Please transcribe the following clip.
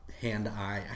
hand-eye